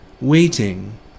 Waiting